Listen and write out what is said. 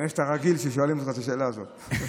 כנראה שאתה רגיל ששואלים אותך את השאלה הזאת.